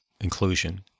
Inclusion